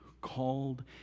called